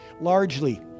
largely